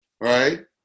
right